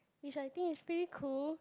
which I think is pretty cool